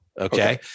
Okay